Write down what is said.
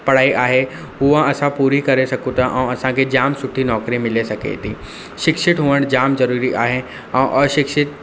पढ़ाई आहे उहा असां पूरी करे सघूं था ऐं असांखे जाम सुठी नौकिरी मिले सघे थी शिक्षित हुअण जाम जरुरी आहे ऐं अशिक्षित